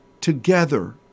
together